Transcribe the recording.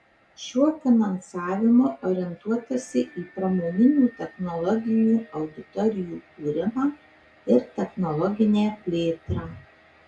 šiuo finansavimu orientuotasi į pramoninių technologijų auditorijų kūrimą ir technologinę plėtrą